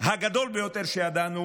הגדול ביותר שידענו